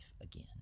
again